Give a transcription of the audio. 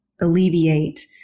alleviate